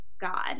God